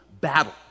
battle